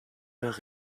were